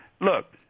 Look